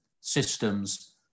systems